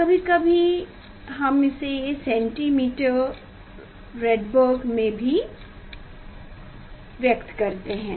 कभी कभी हम इसे सेंटीमीटर राइडबर्ग में भी व्यक्त करते हैं